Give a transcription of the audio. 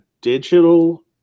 digital